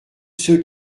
ceux